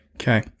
Okay